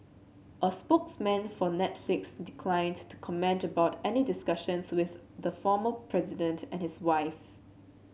a spokesman for Netflix declined to comment about any discussions with the former president and his wife